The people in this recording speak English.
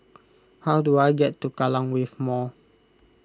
how do I get to Kallang Wave Mall